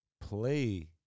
play